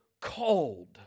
cold